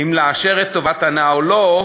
אם לאשר את טובת ההנאה או לא,